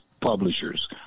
publishers